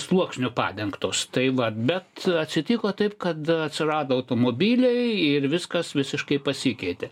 sluoksniu padengtos tai va bet atsitiko taip kad atsirado automobiliai ir viskas visiškai pasikeitė